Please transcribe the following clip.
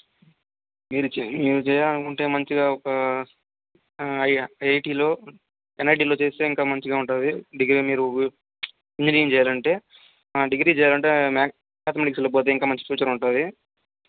మీరు మీరు చెయ్యాలనుకుంటే మంచిగా ఒక ఐ ఐఐటిలో ఎన్ఐటిలో చేస్తే ఇంకా మంచిగా ఉంటుంది డిగ్రీ మీరు ఇంజనీరింగ్ చెయ్యాలంటే ఆ డిగ్రీ చెయ్యాలంటే మ్యాథమాటిక్స్లో పోతే ఇంకా మంచి ఫ్యూచర్ ఉంటుంది